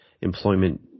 employment